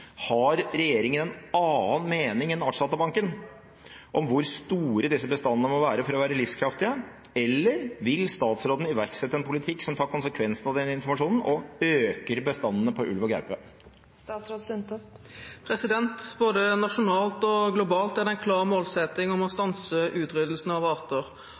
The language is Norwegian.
Har regjeringen en annen mening enn Artsdatabanken om hvor store disse bestandene må være for å være livskraftige, eller vil statsråden iverksette en politikk som tar konsekvensene av denne informasjonen og øker bestandene av ulv og gaupe?» Både nasjonalt og globalt er det en klar målsetting om å stanse utryddelsen av arter.